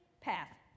path